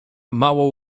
mało